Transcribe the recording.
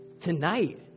tonight